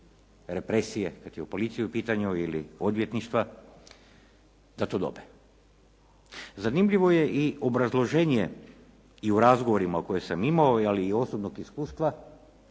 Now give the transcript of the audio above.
represije kad je policija u pitanju ili odvjetništva da to dobe. Zanimljivo je i obrazloženje i u razgovorima koje sam imao, ali i osobnog iskustva